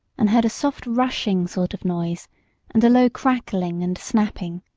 and heard a soft rushing sort of noise and a low crackling and snapping.